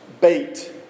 bait